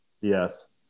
Yes